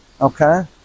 okay